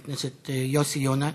חבר הכנסת יוסי יונה.